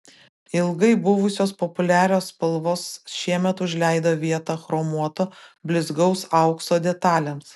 ilgai buvusios populiarios spalvos šiemet užleido vietą chromuoto blizgaus aukso detalėms